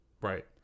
right